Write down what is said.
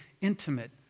intimate